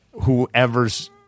whoever's